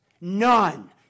none